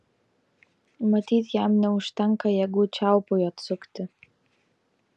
matyt jam neužtenka jėgų čiaupui atsukti